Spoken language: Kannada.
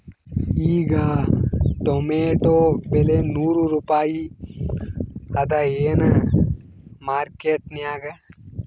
ಈಗಾ ಟೊಮೇಟೊ ಬೆಲೆ ನೂರು ರೂಪಾಯಿ ಅದಾಯೇನ ಮಾರಕೆಟನ್ಯಾಗ?